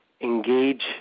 engage